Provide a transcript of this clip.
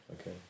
Okay